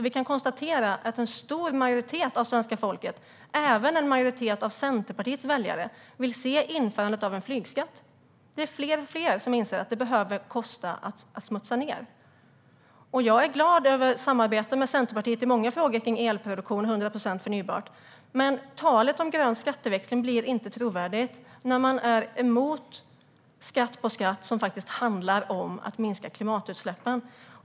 Vi kan konstatera att en stor majoritet av svenska folket, även en majoritet av Centerpartiets väljare, vill se införandet av en flygskatt. Det är fler och fler som inser att det behöver kosta att smutsa ned. Jag är glad över samarbete med Centerpartiet i många frågor kring elproduktion och 100 procent förnybart. Men talet om grön skatteväxling blir inte trovärdigt när man är emot skatt på skatt som faktiskt handlar om att minska klimatutsläppen.